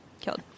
Killed